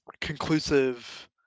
conclusive